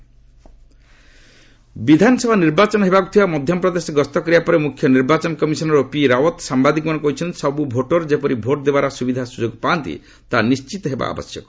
EC ବିଧାନସଭା ନିର୍ବାଚନ ହେବାକୁ ଥିବା ମଧ୍ୟପ୍ରଦେଶ ଗସ୍ତ କରିବା ପରେ ମୁଖ୍ୟ ନିର୍ବାଚନ କମିଶନର ଓପି ରାଓ୍ପତ୍ ସାମ୍ବାଦିକମାନଙ୍କୁ କହିଛନ୍ତି ସବୁ ଭୋଟର ଯେପରି ଭୋଟ୍ ଦେବାର ସୁବିଧା ସୁଯୋଗ ପାଆନ୍ତି ତାହା ନିଶ୍ଚିତ ହେବା ଆବଶ୍ୟକ